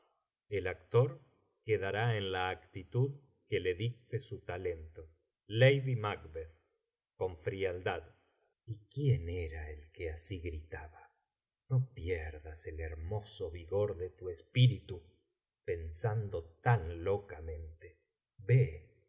más glamis ha matado al sueño y así candor no dormirá más macbeth no dormirá más ei actor quedará en la actitud que le dicte su talento con frialdad y quién era el que así gritaba no pierdas el hermoso vigor de tu espíritu pensando tan locamente vé